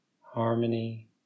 harmony